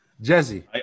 Jesse